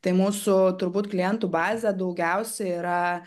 tai mūsų turbūt klientų bazė daugiausia yra